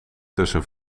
tussen